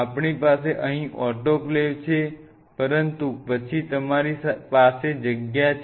આપણી પાસે અહીં ઓટોક્લેવ છે પરંતુ પછી તમારી પાસે ત્યાં જગ્યા છે